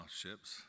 ships